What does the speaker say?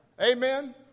Amen